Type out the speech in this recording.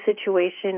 situation